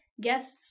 guests